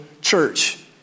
church